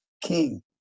king